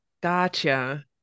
gotcha